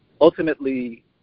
ultimately